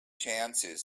chances